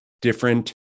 different